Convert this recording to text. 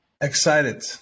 excited